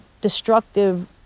destructive